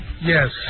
Yes